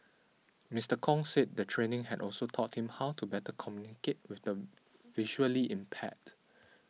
Mister Kong said the training had also taught him how to better communicate with the visually impaired